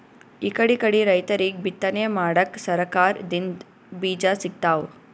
ಇಕಡಿಕಡಿ ರೈತರಿಗ್ ಬಿತ್ತನೆ ಮಾಡಕ್ಕ್ ಸರಕಾರ್ ದಿಂದ್ ಬೀಜಾ ಸಿಗ್ತಾವ್